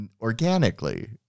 organically